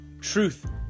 truth